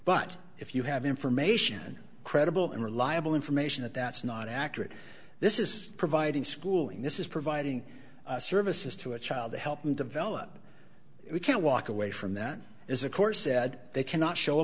but if you have information credible and reliable information that that's not accurate this is providing schooling this is providing services to a child to help them develop it we can't walk away from that is of course said they cannot show a